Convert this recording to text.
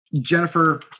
Jennifer